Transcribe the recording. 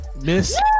miss